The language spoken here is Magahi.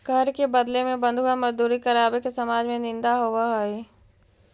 कर के बदले में बंधुआ मजदूरी करावे के समाज में निंदा होवऽ हई